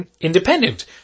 independent